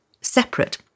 separate